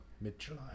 Mid-July